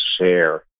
share